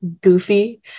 goofy